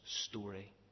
story